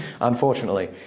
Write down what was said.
unfortunately